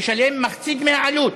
לשלם מחצית מהעלות,